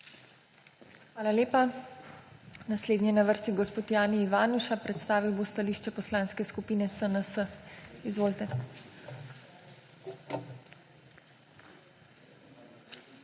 Hvala lepa. Naslednji je na vrsti gospod Jani Ivanuša, predstavil bo stališče Poslanske skupine SNS. Izvolite.